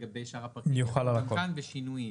לגבי שאר הפרקים יחול גם כאן בשינויים.